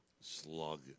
slug